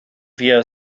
wir